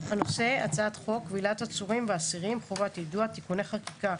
הנושא: הצעת חוק כבילת עצורים ואסירים (חובת יידוע) (תיקוני חקיקה),